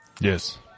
Yes